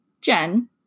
Jen